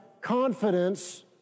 confidence